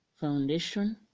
foundation